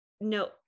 no